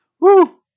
Woo